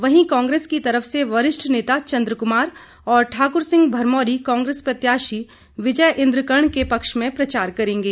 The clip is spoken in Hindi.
वहीं कांग्रेस की तरफ से वरिष्ठ नेता चंद्र कुमार और ठाकुर सिंह भरमौरी कांग्रेस प्रत्याशी विजय इंद्र कर्ण के पक्ष में प्रचार करेंगे